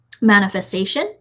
manifestation